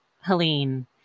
Helene